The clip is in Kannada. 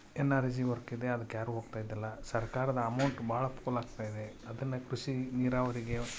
ಎನ್ ಆರ್ ಜಿ ವರ್ಕ್ ಇದೆ ಅದ್ಕೆ ಯಾರು ಹೋಗ್ತಾ ಇದ್ದಿಲ್ಲ ಸರ್ಕಾರದ ಅಮೌಂಟ್ ಭಾಳ ಪೋಲು ಆಗ್ತಾಯಿದೆ ಅದನ್ನು ಕೃಷಿ ನೀರಾವರಿಗೆ